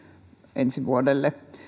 ensi vuodelle